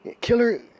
Killer